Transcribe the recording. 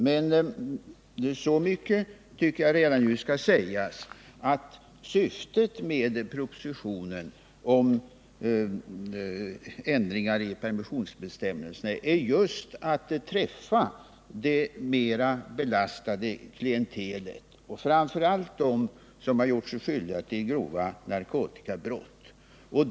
Men så mycket skall redan nu sägas att syftet med propositionen om ändringar av permissionsbestämmelserna är just att träffa det mer belastade klientelet, framför allt dem som har gjort sig skyldiga till grova narkotikabrott.